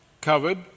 covered